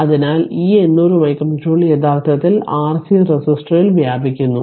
അതിനാൽ ഈ 800 micro joule യഥാർത്ഥത്തിൽ ആർ റെസിസ്റ്ററിൽ വ്യാപിക്കുന്നു